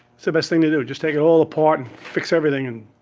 so best thing to do is just take it all apart and fix everything and